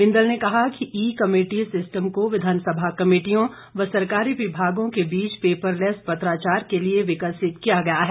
बिंदल ने कहा कि ई कमेटी सिस्टम को विधानसभा कमेटियों व सरकारी विभागों के बीच पेपरलैस पत्राचार के लिए विकसित किया गया है